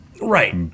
right